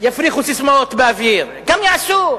יפריחו ססמאות באוויר, גם יעשו.